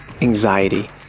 anxiety